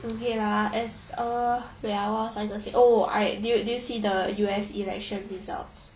okay lah as err wait ah what I was gonna say oh I did you did you see the U_S election results